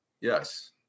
Yes